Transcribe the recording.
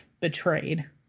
betrayed